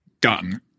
done